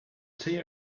tea